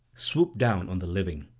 swoop down on the living.